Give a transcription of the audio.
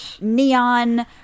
neon